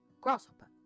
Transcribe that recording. grasshopper